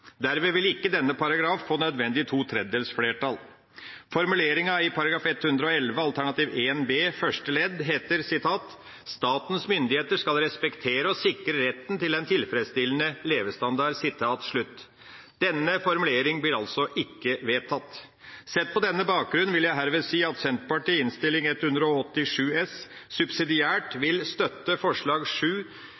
Derved vil ikke denne paragrafen få det nødvendige to tredjedels flertall. Formuleringa i § 111 alternativ 1 B første ledd er: «Statens myndigheter skal respektere og sikre retten til en tilfredsstillende levestandard.» Denne formuleringa blir altså ikke vedtatt. Sett på denne bakgrunn vil jeg herved si at Senterpartiet i Innst. 187 S subsidiært